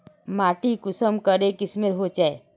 माटी कुंसम करे किस्मेर होचए?